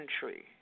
country